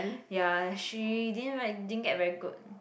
ya she didn't like didn't get very good